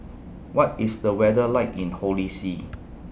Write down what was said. What IS The weather like in Holy See